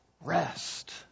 rest